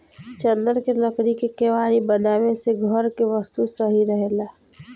चन्दन के लकड़ी के केवाड़ी बनावे से घर के वस्तु सही रहेला